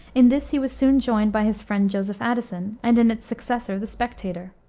in this he was soon joined by his friend, joseph addison and in its successor the spectator,